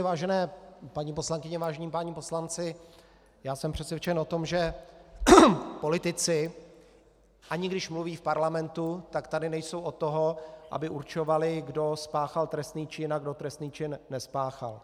Vážené paní poslankyně, vážení páni poslanci, jsem přesvědčen o tom, že politici ani když mluví v parlamentu, tak tady nejsou od toho, aby určovali, kdo spáchal trestný čin a kdo trestný čin nespáchal.